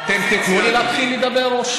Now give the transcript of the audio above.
אתם תיתנו לי להתחיל לדבר או,